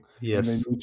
yes